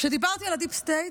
כשדיברתי על הדיפ-סטייט,